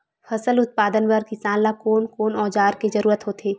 फसल उत्पादन बर किसान ला कोन कोन औजार के जरूरत होथे?